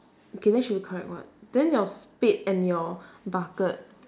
okay then should be correct [what] then your spade and your bucket